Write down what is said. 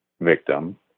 victim